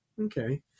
Okay